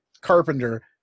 Carpenter